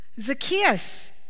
Zacchaeus